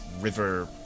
river